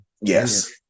yes